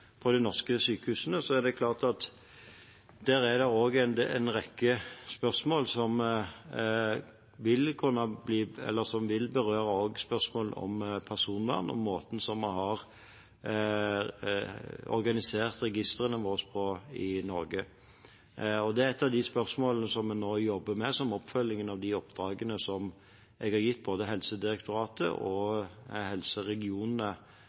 på norske sykehus, er det klart at det der også er en rekke spørsmål som vil berøre personvern og måten vi har organisert registrene våre på i Norge. Det er et av de spørsmålene vi nå jobber med, som oppfølging av de oppdragene jeg har gitt både Helsedirektoratet og helseregionene,